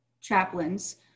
chaplains